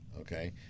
Okay